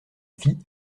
fit